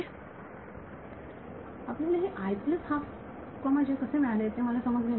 विद्यार्थी आपल्याला हे कसे मिळाले ते मला समजले नाही